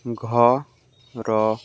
ଘର